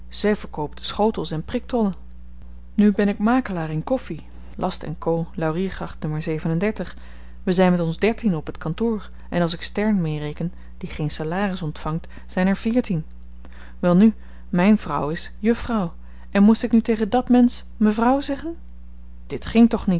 ze verkoopt schotels en priktollen nu ben ik makelaar in koffi last co lauriergracht n we zyn met ons dertienen op t kantoor en als ik stern meereken die geen salaris ontvangt zyn er veertien welnu myn vrouw is juffrouw en moest ik nu tegen dàt mensch mevrouw zeggen dit ging toch niet